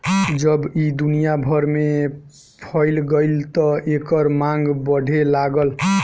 जब ई दुनिया भर में फइल गईल त एकर मांग बढ़े लागल